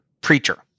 preacher